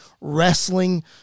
wrestling